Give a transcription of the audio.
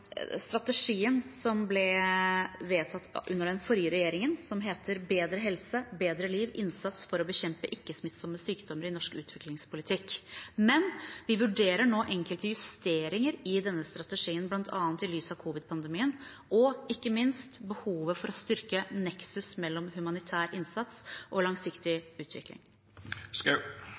strategien som ble vedtatt under den forrige regjeringen, som heter Bedre helse, bedre liv: innsats for å bekjempe ikke-smittsomme sykdommer i norsk utviklingspolitikk. Men vi vurderer nå enkelte justeringer i denne strategien, bl.a. i lys av covidpandemien, og ikke minst behovet for å styrke neksus mellom humanitær innsats og langsiktig